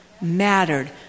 mattered